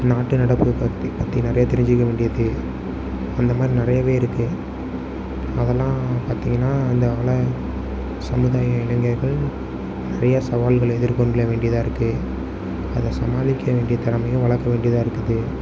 நாட்டு நடப்பு பற்றி பற்றி நிறையா தெரிஞ்சிக்க வேண்டியது அந்த மாதிரி நிறையாவே இருக்குது அதெல்லாம் பார்த்திங்கன்னா அந்த அல சமூதாய இளைஞர்கள் நிறையா சவால்கள் எதிர்கொள்ள வேண்டியதாக இருக்குது அதை சமாளிக்க வேண்டிய திறமையும் வளர்க்க வேண்டியதாக இருக்குது